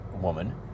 woman